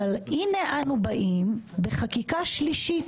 אבל הנה אנו באים בחקיקה שלישית.